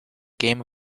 game